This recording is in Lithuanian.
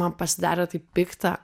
man pasidarė taip pikta